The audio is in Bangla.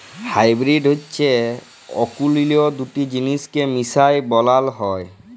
হাইবিরিড হছে অকুলীল দুট জিলিসকে মিশায় বালাল হ্যয়